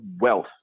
wealth